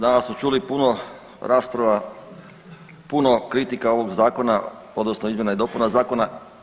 Danas smo čuli puno rasprava, puno kritika ovog zakona, odnosno izmjena i dopuna zakona.